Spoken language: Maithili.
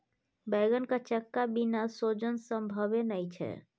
बैंगनक चक्का बिना सोजन संभवे नहि छै